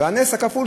והנס הכפול,